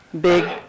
big